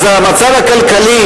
אז המצב הכלכלי